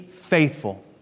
faithful